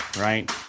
right